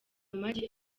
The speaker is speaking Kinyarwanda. amagi